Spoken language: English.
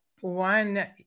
one